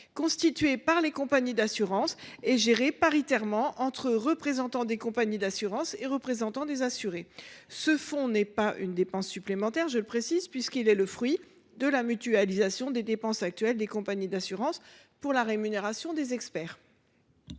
constitué par les compagnies d’assurances et géré paritairement entre représentants des compagnies d’assurances et représentants des assurés. Ce fonds n’est pas une dépense supplémentaire, puisqu’il est le fruit de la mutualisation des dépenses actuelles des compagnies d’assurances pour la rémunération des experts.